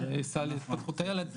זה סל להתפתחות הילד,